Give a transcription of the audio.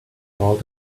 all